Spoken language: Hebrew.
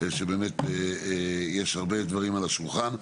שבאמת יש הרבה דברים על השולחן.